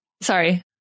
Sorry